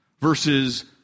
versus